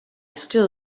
still